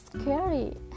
scary